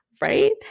right